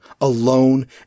alone